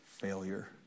failure